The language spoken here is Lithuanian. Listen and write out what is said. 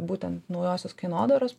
būtent naujosios kainodaros